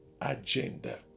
agenda